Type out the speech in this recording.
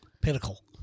Pinnacle